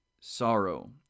sorrow